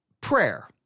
Prayer